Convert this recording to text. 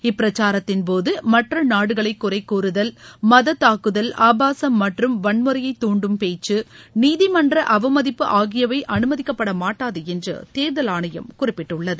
இப்பிரச்சாரத்தின் போது மற்ற நாடுகளை குறை கூறுதல் மத்தாக்குதல் ஆபாசும் மற்றும் வன்முறையை துண்டும் பேச்சு நீதிமன்ற அவமதிப்பு ஆகியவை அனுமதிக்கப்பட மாட்டாது என்று தேர்தல் ஆணையம் குறிப்பிட்டுள்ளது